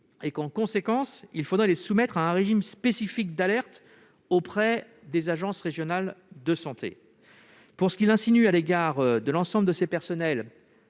En conséquence, il faudrait les soumettre à un régime spécifique d'alerte auprès des agences régionales de santé. Pour ce qu'il insinue à l'égard de l'ensemble de ces personnels,